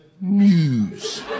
news